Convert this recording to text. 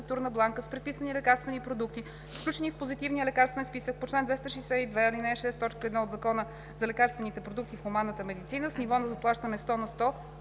с предписани лекарствени продукти, включени в Позитивния лекарствен списък по чл. 262, ал. 6, т. 1 от Закона за лекарствените продукти в хуманната медицина, с ниво на заплащане 100 на сто